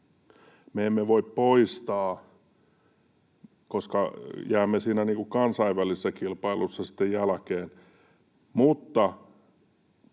poistaa, koska jäämme siinä kansainvälisessä kilpailussa sitten